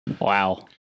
Wow